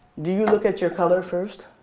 do you look at your color first?